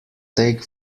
take